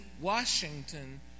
Washington